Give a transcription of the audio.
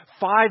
Five